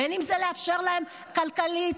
בין אם זה לאפשר להם, כלכלית.